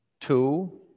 two